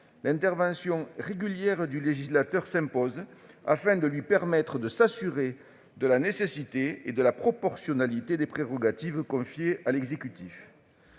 l'intervention régulière du législateur s'impose, afin de lui permettre de s'assurer de la nécessité et de la proportionnalité des prérogatives confiées à l'exécutif.